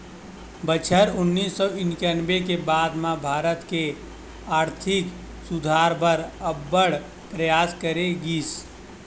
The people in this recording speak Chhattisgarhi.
बछर उन्नीस सौ इंकानबे के बाद म भारत के आरथिक सुधार बर अब्बड़ परयास करे गिस